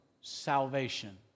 salvation